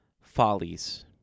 follies